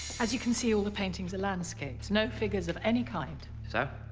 as you can see, all the paintings are landscapes, no figures of any kind. so?